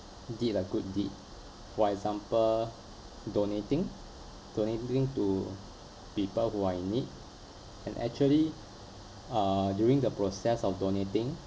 you did a good deed for example donating donating to people who are in need and actually uh during the process of donating